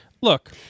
Look